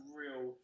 real